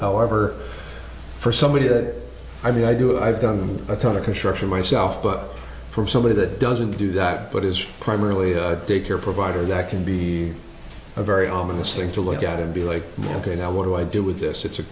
however for somebody good i mean i do i've done a ton of construction myself but for somebody that doesn't do that but is primarily a daycare provider that can be a very ominous thing to look out and be like ok now what do i do with this it's a